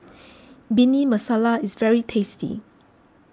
Bhindi Masala is very tasty